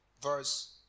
verse